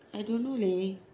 I don't know leh